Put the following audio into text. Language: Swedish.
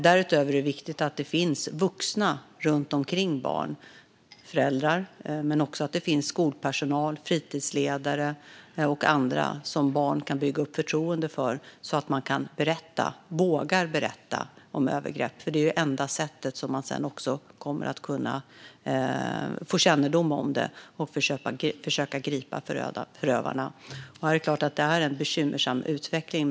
Därutöver är det viktigt att det finns vuxna runt omkring barn - föräldrar, men också skolpersonal, fritidsledare och andra som barn kan bygga upp förtroende för så att de vågar berätta om övergrepp. Det är enda sättet för att man ska få kännedom om det och försöka gripa förövarna. Detta är en bekymmersam utveckling.